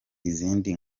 izindi